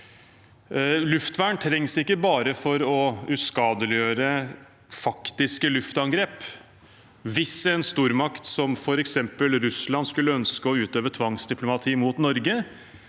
Luftvern trengs ikke bare for å uskadeliggjøre faktiske luftangrep. Hvis en stormakt som f.eks. Russland skulle ønske å utøve tvangsdiplomati mot Norge,